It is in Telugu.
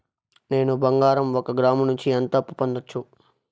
నేను బంగారం ఒక గ్రాము నుంచి ఎంత అప్పు పొందొచ్చు